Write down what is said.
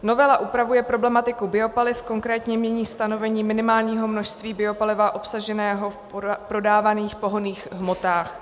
Novela upravuje problematiku biopaliv, konkrétně mění stanovení minimálního množství biopaliva obsaženého v prodávaných pohonných hmotách.